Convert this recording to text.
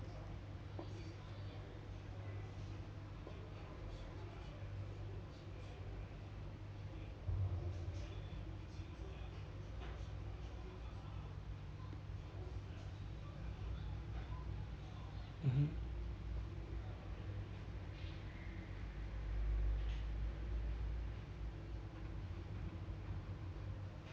mmhmm